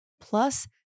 plus